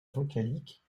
vocaliques